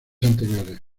anteriores